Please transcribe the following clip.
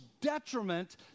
detriment